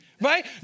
right